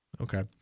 Okay